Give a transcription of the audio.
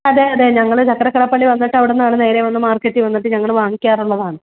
അതെ അതെ ഞങ്ങൾ ചക്കരകളപള്ളി വന്നിട്ട് അവിടുന്നാണ് നേരെ വന്ന് മാർക്കറ്റി വന്നിട്ട് ഞങ്ങൾ വാങ്ങിക്കാറുള്ളതാണ്